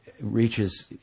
reaches